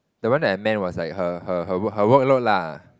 the one that I meant was like her her her workload lah